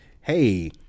hey